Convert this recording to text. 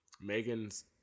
Megan's